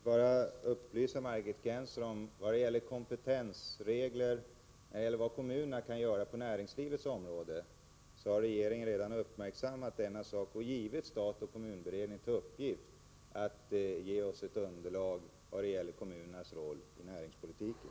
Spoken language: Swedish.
Herr talman! Vad beträffar kompetensregler för vad kommunerna kan göra på näringslivets område vill jag bara upplysa Margit Gennser om att regeringen redan uppmärksammat denna sak och givit stat-kommunberedningen i uppgift att ge oss ett underlag när det gäller kommunernas roll i näringspolitiken.